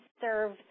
serve